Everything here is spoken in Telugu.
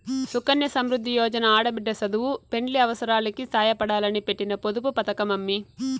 సుకన్య సమృద్ది యోజన ఆడబిడ్డ సదువు, పెండ్లి అవసారాలకి సాయపడాలని పెట్టిన పొదుపు పతకమమ్మీ